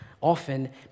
often